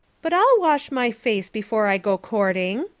but i'll wash my face before i go courting,